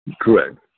Correct